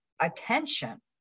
attention